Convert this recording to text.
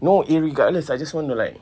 no irregardless I just want to like